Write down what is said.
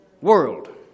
world